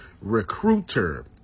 Recruiter